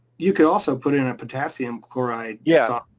you can also put in a potassium chloride yeah